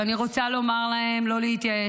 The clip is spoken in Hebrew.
ואני רוצה לומר להם לא להתייאש.